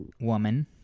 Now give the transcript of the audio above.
woman